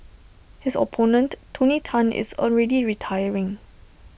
his opponent tony Tan is already retiring